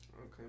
Okay